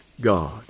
God